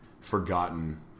forgotten